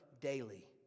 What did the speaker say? daily